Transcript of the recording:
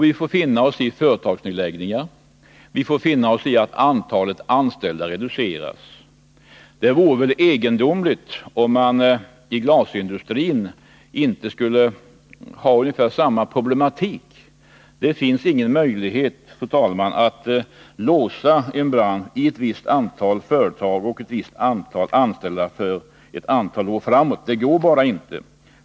Vi får finna oss i företagsnedläggningar, vi får finna oss i att antalet anställda reduceras. Det vore egendomligt om man inte i glasindustrin skulle ha ungefär samma problematik som i andra branscher. Det finns ingen möjlighet, fru talman, att låsa en bransch i ett visst läge med ett visst antal företag och ett visst antal anställda för ett antal år framåt. Det går helt enkelt inte.